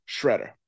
shredder